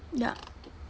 ya